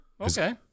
Okay